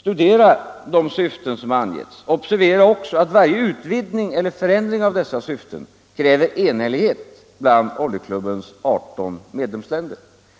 Studera de syften som har angivits! Observera också att varje utvidgning eller förändring av dessa syften kräver enhällighet bland oljeklubbens 18 medlemsländer.